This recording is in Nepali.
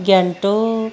गान्तोक